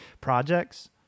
projects